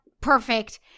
perfect